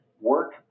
work